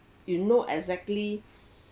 you know exactly